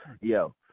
yo